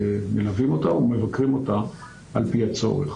מלווים אותה ומבקרים אותה על פי הצורך.